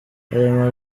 aya